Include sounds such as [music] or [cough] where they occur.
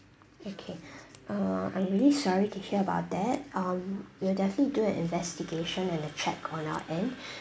okay uh I'm really sorry to hear about that um we'll definitely do an investigation and a check on our end [breath]